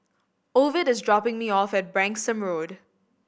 Ovid is dropping me off at Branksome Road